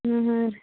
ಹಾಂ ಹಾಂ ರೀ